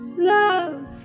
Love